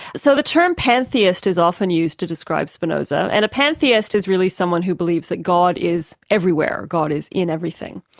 so the term pantheist is often used to describe spinoza, and a pantheist is really someone who believes that god is everywhere, god is in everything.